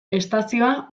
estazioa